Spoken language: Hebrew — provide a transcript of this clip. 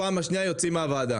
בפעם השנייה יוצאים מהוועדה.